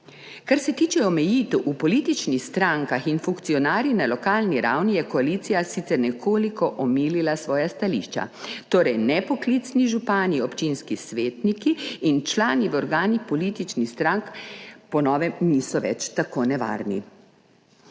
Kar se tiče omejitev v političnih strankah in funkcionarjev na lokalni ravni, je koalicija sicer nekoliko omilila svoja stališča, torej nepoklicni župani, občinski svetniki in člani v organih političnih strank po novem niso več tako nevarni.